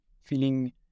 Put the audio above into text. feeling